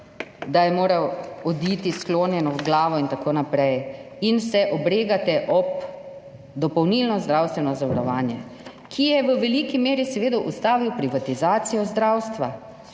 da je moral oditi s sklonjeno v glavo in tako naprej in se obregate ob dopolnilno zdravstveno zavarovanje. Minister je v veliki meri ustavil privatizacijo zdravstva.